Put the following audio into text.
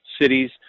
cities